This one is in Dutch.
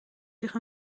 zich